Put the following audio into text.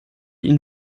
ihnen